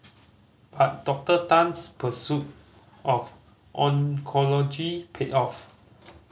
but Doctor Tan's pursuit of oncology paid off